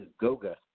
Goga